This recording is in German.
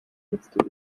letzte